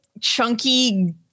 chunky